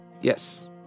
Yes